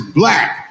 black